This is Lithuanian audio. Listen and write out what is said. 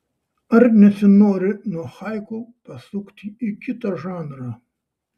ar nesinori nuo haiku pasukti į kitą žanrą